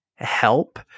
help